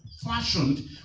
fashioned